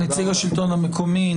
נציגת השלטון המקומי,